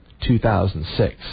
2006